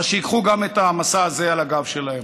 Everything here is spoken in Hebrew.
אז שייקחו גם את המשא הזה על הגב שלהם.